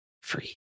free